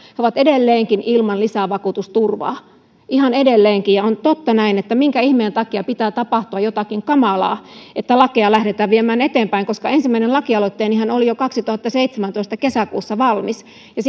he ovat edelleenkin ilman lisävakuutusturvaa ihan edelleenkin on totta näin että minkä ihmeen takia pitää tapahtua jotakin kamalaa että lakeja lähdetään viemään eteenpäin ensimmäinen lakialoitteenihan oli jo kaksituhattaseitsemäntoista kesäkuussa valmis ja